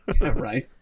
Right